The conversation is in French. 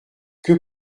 que